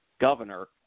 governor